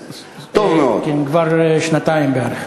כבר שנתיים בערך.